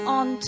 on